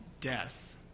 death